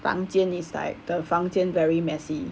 房间 is like the 房间 very messy